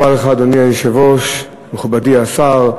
אדוני היושב-ראש, תודה רבה לך, מכובדי השר,